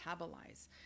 metabolize